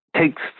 takes